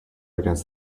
against